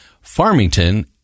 Farmington